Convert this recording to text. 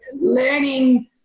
learning